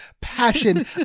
passion